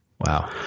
Wow